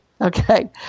Okay